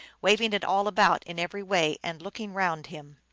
wav ing it all about in every way and looking round him.